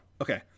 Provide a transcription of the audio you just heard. okay